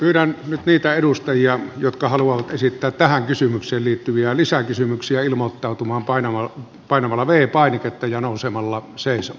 yritän nyt niitä edustajia jotka haluavat esittää tähän kysymykseen liittyviä lisäkysymyksiä ilmottautumaan painua painamalla vei painiketta ja nousemalla euron kasvupanostuksilla